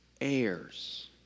heirs